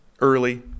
early